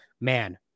man